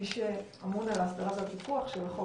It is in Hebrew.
מי שאמון על ההסדרה והפיקוח של החוק